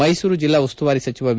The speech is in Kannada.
ಮೈಸೂರು ಜಿಲ್ಲಾ ಉಸ್ತುವಾರಿ ಸಚಿವ ವಿ